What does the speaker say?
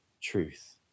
truth